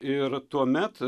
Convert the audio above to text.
ir tuomet